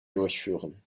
durchführen